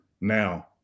now